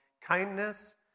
Kindness